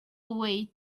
way